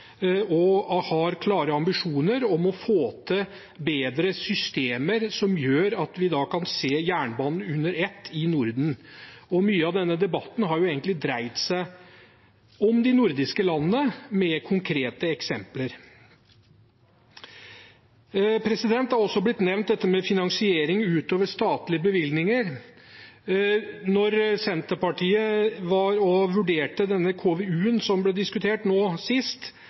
og har klare ambisjoner om å få til bedre systemer som gjør at vi kan se jernbanen under ett i Norden. Mye av denne debatten har egentlig dreid seg om de nordiske landene, med konkrete eksempler. Finansiering utover statlige bevilgninger har også blitt nevnt. Da Senterpartiet vurderte KVU-en sist vi hadde den oppe til diskusjon, var vi veldig opptatt av at vi på sett og